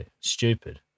Stupid